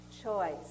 choice